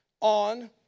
on